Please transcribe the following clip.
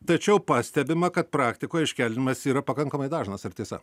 tačiau pastebima kad praktikoj iškeldinimas yra pakankamai dažnas ar tiesa